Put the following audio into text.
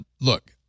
look